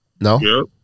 No